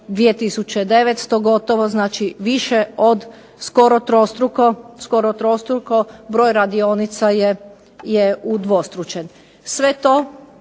900 gotovo znači više od skoro trostruko broj radionica je udvostručen. Sve to